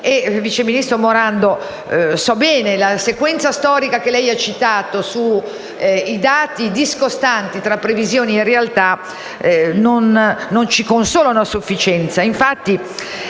Vice ministro Morando, la sequenza storica che lei ha citato sui dati discostanti tra previsioni e realtà non ci consola a sufficienza.